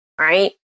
right